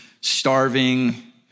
starving